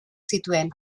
zituen